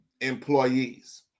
employees